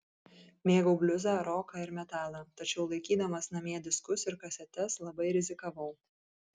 mėgau bliuzą roką ir metalą tačiau laikydamas namie diskus ir kasetes labai rizikavau